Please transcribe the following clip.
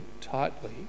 tightly